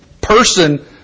person